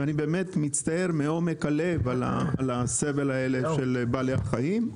ואני באמת מצטער מעומק הלב על הסבל האלה של בעלי החיים,